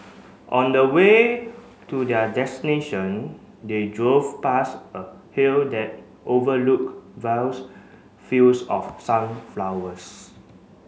on the way to their destination they drove past a hill that overlooked vast fields of sunflowers